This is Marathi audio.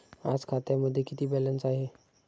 आज खात्यामध्ये किती बॅलन्स आहे?